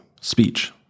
speech